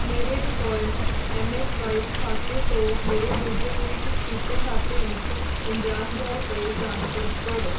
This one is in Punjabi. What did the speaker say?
ਮੇਰੇ ਡਿਫੋਲਟ ਐੱਮਸਵਾਇਪ ਖਾਤੇ ਤੋਂ ਮੇਰੇ ਦੂਜੇ ਲਿੰਕ ਕੀਤੇ ਖਾਤੇ ਵਿੱਚ ਪੰਜਾਹ ਹਜ਼ਾਰ ਰੁਪਏ ਟ੍ਰਾਂਸਫਰ ਕਰੋ